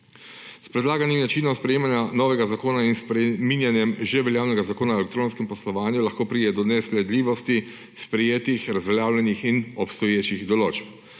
S predlaganim načinom sprejemanja novega zakona in s spreminjanjem že veljavnega zakona o elektronskem poslovanju lahko pride do nesledljivosti sprejetih, razveljavljenih in obstoječih določb.